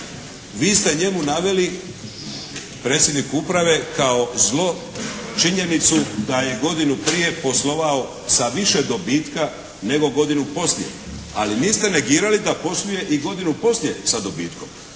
vi ste njemu naveli, predsjedniku Uprave kao zlo činjenicu da je godinu prije poslovao sa više dobitka, nego godinu poslije, ali niste negirali da posluje i godinu poslije sa dobitkom